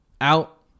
out